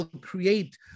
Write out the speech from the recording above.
create